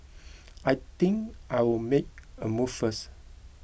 I think I'll make a move first